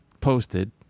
posted